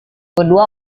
kedua